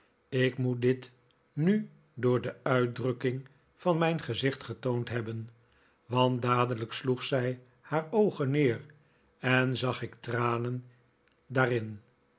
ik moet dit nu door de uitdrukking van mijn gezicht getborid hebben want dadelijk sloeg zij haar oogen neer en zag ik tranen daarin